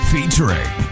Featuring